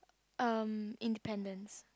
um independence